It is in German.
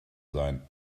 sein